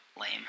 lame